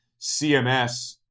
CMS